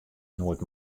noait